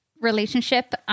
relationship